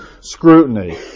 scrutiny